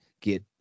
get